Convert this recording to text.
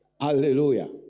Hallelujah